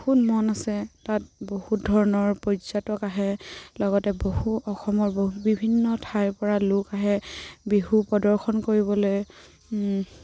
বহুত মন আছে তাত বহুত ধৰণৰ পৰ্যটক আহে লগতে বহু অসমৰ বহু বিভিন্ন ঠাইৰ পৰা লোক আহে বিহু প্ৰদৰ্শন কৰিবলৈ